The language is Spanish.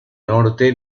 norte